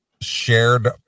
shared